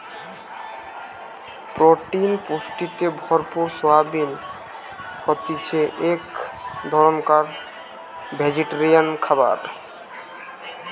protein পুষ্টিতে ভরপুর soybean হতিছে এক ধরণকার ভেজিটেরিয়ান খাবার